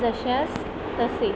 जशास तसे